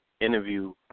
interview